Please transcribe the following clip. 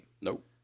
Nope